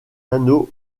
anneaux